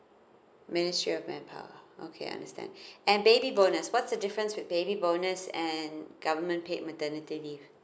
ministry of manpower japan okay understand and baby bonus what's the difference with baby bonus and government paid maternity leave